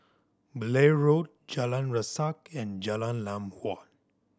Blair Road Jalan Resak and Jalan Lam Huat